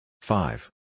Five